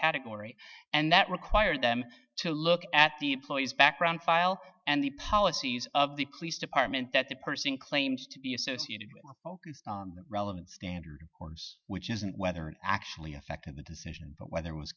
category and that required them to look at the employee's background file and the policies of the police department that the person claims to be associated with relevant standard or which isn't whether it actually affected the decision but whether